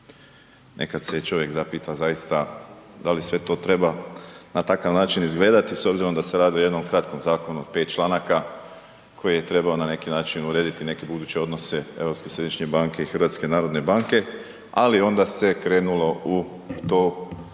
nekad se čovjek zapita zaista da li sve to treba na takav način izgledati s obzirom da se radi o jednom kratkom zakonu od 5 članaka koji je trebao na neki način urediti neke buduće odnose Europske središnje banke i HNB-a ali onda se krenulo u to što